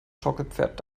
schaukelpferd